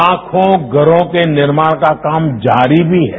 लाखों घरों के निर्माण का काम जारी भी है